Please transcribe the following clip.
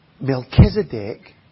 Melchizedek